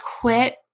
quit